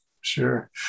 Sure